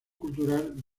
cultural